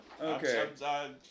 Okay